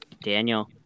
Daniel